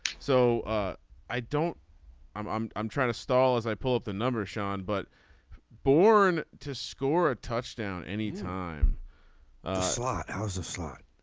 so i don't i'm i'm i'm trying to stall as i pull up the numbers sean but born to score a touchdown any time slot a slot